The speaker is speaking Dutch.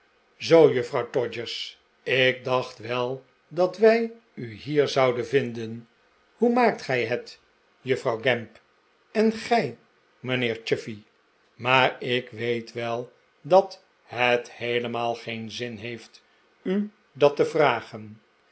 zoo juffrouw todgers ik dacht wel dat wij u hier zouden vinden hoe maakt gij het juffrouw gamp en gij mijnheer chuffey maar ik weet wel dat het heelemaal geen zin heeft u dat te vragen